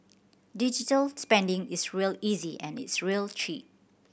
digital spending is real easy and it's real cheap